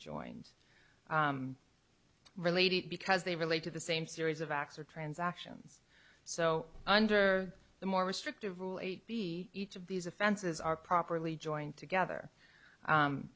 joined related because they relate to the same series of acts or transactions so under the more restrictive rules eight b each of these offenses are properly joined together